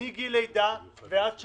מגיל לידה ועד שלוש,